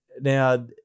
Now